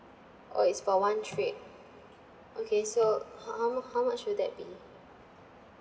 oh it's for one trip okay so ho~ how mu~ how much will that be